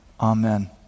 Amen